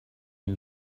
این